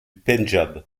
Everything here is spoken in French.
pendjab